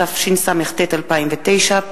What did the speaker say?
התשס"ט 2009,